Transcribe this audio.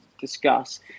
discuss